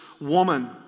woman